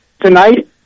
tonight